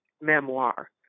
memoir